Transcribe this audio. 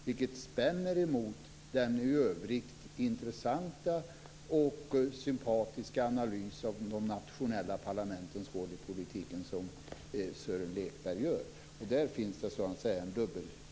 Det strider emot den i övrigt intressanta och sympatiska analys av de nationella parlamentens roll i politiken som Sören Lekberg gjorde. Där finns det så att säga en dubbelhet.